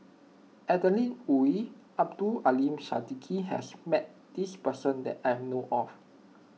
Adeline Ooi Abdul Aleem Siddique has met this person that I know of